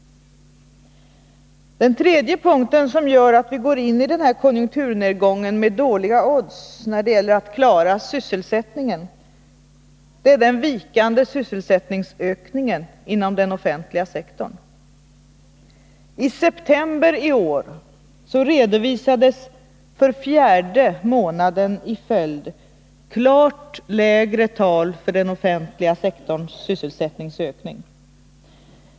Den tredje punkt som gör att vi går in i konjunkturnedgången med dåliga odds när det gäller att klara sysselsättningen är den vikande sysselsättningsökningen inom den offentliga sektorn. I september i år redovisades för fjärde månaden i följd klart lägre tal för den offentliga sektorns sysselsättningsökning.